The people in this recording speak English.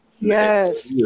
Yes